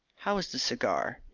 how is the cigar?